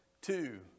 two